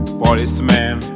policeman